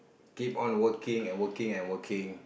keep on working and working and working